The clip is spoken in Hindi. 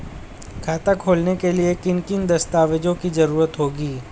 खाता खोलने के लिए किन किन दस्तावेजों की जरूरत होगी?